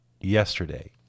yesterday